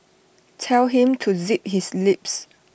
tell him to zip his lips